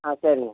ஆ சேரிங்க